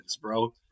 bro